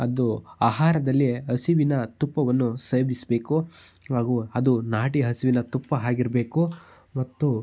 ಅದು ಆಹಾರದಲ್ಲಿ ಹಸಿವಿನ ತುಪ್ಪವನ್ನು ಸೇವಿಸ್ಬೇಕು ಹಾಗೂ ಅದು ನಾಟಿ ಹಸುವಿನ ತುಪ್ಪ ಆಗಿರ್ಬೇಕು ಮತ್ತು